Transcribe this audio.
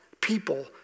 people